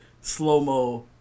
slow-mo